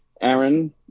Aaron